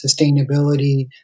sustainability